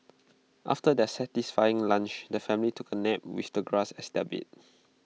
after their satisfying lunch the family took A nap with the grass as their bed